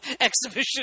exhibition